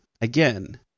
again